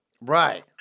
Right